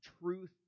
truth